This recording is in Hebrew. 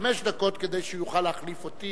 חמש דקות, כדי שיוכל להחליף אותי,